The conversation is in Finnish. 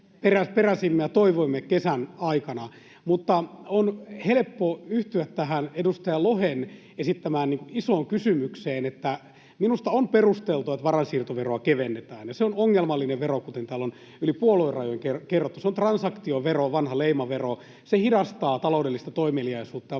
peräsimme ja toivoimme kesän aikana, mutta on helppo yhtyä tähän edustaja Lohen esittämään isoon kysymykseen. Minusta on perusteltua, että varainsiirtoveroa kevennetään. Se on ongelmallinen vero, kuten täällä on yli puoluerajojen kerrottu. Se on transaktiovero, vanha leimavero. Se hidastaa taloudellista toimeliaisuutta ja varmasti työvoiman